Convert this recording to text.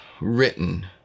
written